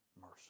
mercy